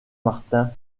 martin